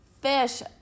fish